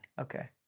Okay